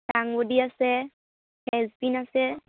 দাংবডী আছে ফ্ৰেন্সবিন আছে